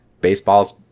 Baseball's